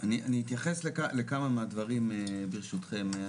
אני אתייחס לכמה מהדברים ברשותכם.